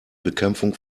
bekämpfung